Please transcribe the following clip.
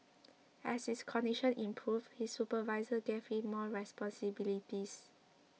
as his condition improved his supervisors gave him more responsibilities